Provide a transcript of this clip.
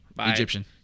egyptian